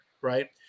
right